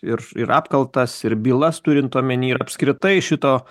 ir ir apkaltas ir bylas turint omeny ir apskritai šito